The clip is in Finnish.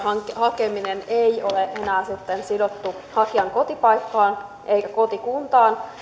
hakeminen ei ole enää sidottu hakijan kotipaikkaan eikä kotikuntaan